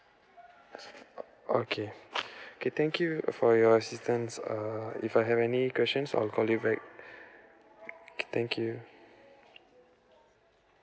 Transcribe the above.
okay okay thank you for your assistance err if I have any questions I'll call you back thank you